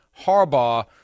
Harbaugh